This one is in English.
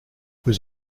was